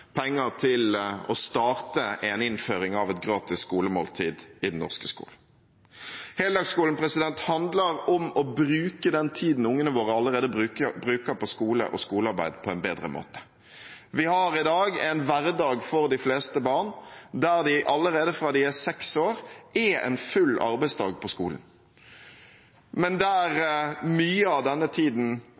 penger til å starte innføring av et gratis skolemåltid i norsk skole. Heldagsskolen handler om å bruke den tiden ungene våre allerede bruker på skole og skolearbeid, på en bedre måte. Vi har i dag en hverdag for de fleste barn der de allerede fra de er seks år, er en full arbeidsdag på skolen, men der mye av denne tiden